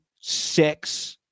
six